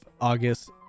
august